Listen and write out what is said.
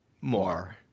more